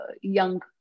young